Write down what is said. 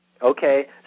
Okay